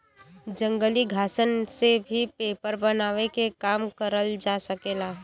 जंगली घासन से भी पेपर बनावे के काम करल जा सकेला